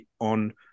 on